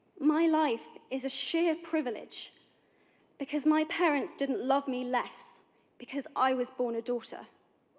my life is a sheer privilege because my parents didn't love me less because i was born a daughter.